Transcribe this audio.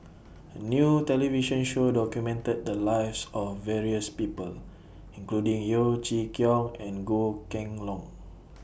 A New television Show documented The Lives of various People including Yeo Chee Kiong and Goh Kheng Long